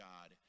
God